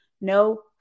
no